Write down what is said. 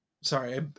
sorry